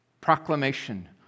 Proclamation